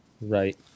right